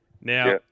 Now